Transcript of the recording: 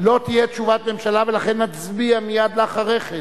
לא תהיה תשובת ממשלה ולכן נצביע מייד לאחרי כן.